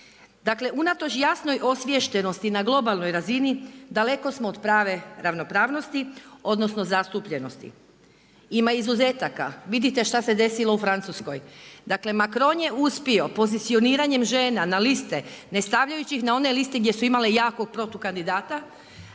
Dakle, unatoč jasnoj osviještenosti na globalnoj razini daleko smo od prave ravnopravnosti, odnosno zastupljenosti. Ima izuzetaka. Vidite šta se desilo u Francuskoj. Dakle, Makron je uspio pozicioniranjem žena na liste ne stavljajući ih na one liste gdje su imale jakog protukandidata